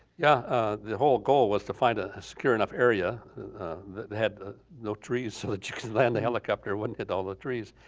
yeah ah the whole goal was to find a secure enough area that had no trees so that you could land the helicopter, wouldn't it hit all the trees.